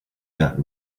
that